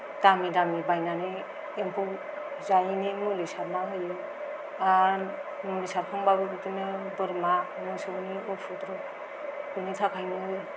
दामि दामि बायनानै एम्फौ जायिनि मुलि सारना होयो मुलि सारखांब्लाबो बिदिनो बोरमा मोसौनि उफुद्रुख बिनिथाखायनो